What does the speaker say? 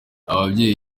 ababyeyi